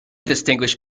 distinguish